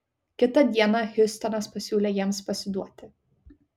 kitą dieną hiustonas pasiūlė jiems pasiduoti